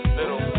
little